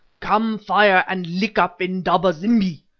come, fire, and lick up indaba-zimbi!